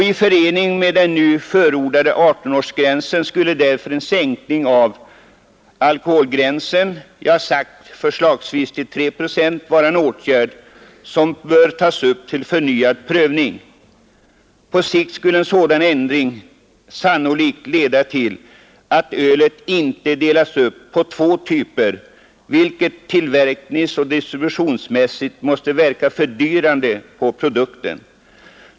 I förening med den nu förordade 18-årsgränsen skulle därför en sänkning av alkoholhalten förslagsvis till 3 procent vara en åtgärd som bör tas upp till förnyad prövning. På sikt skulle en sådan ändring sannolikt leda till att ölet inte som nu delas upp på två typer, vilket tillverkningsoch distributionsmässigt måste verka fördyrande på produkten.